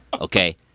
okay